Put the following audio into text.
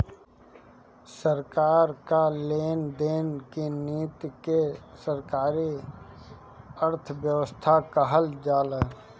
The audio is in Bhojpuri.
सरकार कअ लेन देन की नीति के सरकारी अर्थव्यवस्था कहल जाला